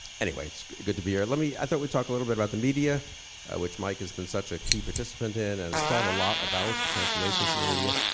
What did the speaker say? anyway, it's good to be here. let me, i thought we'd talk a little bit about the media which mike has been such a key participant in, and thought a lot about the transformations in the media.